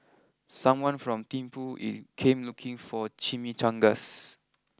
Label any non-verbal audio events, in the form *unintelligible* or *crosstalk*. someone from Thimphu *unintelligible* came looking for Chimichangas